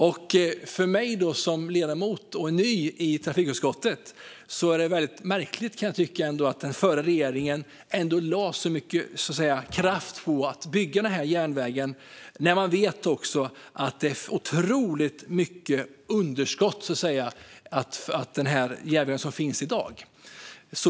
Jag som ny ledamot i trafikutskottet kan tycka att det är väldigt märkligt att den förra regeringen ändå lade så mycket kraft på att bygga denna järnväg när man visste att det finns så många underskott i fråga om den järnväg som finns i dag.